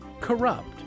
corrupt